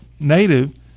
native